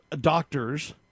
doctors